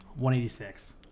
186